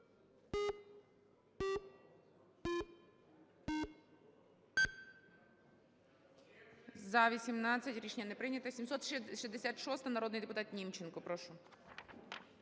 За-18 Рішення не прийнято. 766-а, народний депутат Німченко. Прошу.